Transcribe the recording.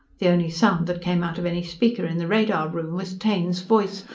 the only sound that came out of any speaker in the radar room was taine's voice,